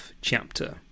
chapter